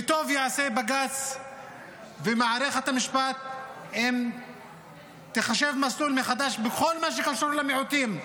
וטוב יעשה בג"ץ ומערכת המשפט אם תחשב מסלול מחדש בכל מה שקשור למיעוטים,